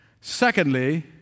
Secondly